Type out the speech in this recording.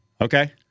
Okay